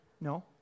no